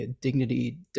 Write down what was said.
dignity